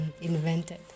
invented